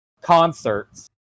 concerts